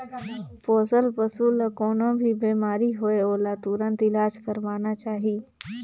पोसल पसु ल कोनों भी बेमारी होये ओला तुरत इलाज करवाना चाही